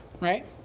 right